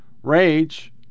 Rage